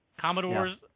Commodores